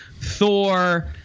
Thor